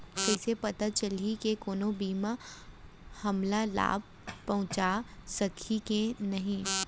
कइसे पता चलही के कोनो बीमा हमला लाभ पहूँचा सकही के नही